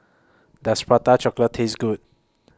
Does Prata Chocolate Taste Good